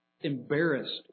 Embarrassed